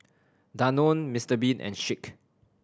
Danone Mister Bean and Schick